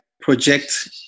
project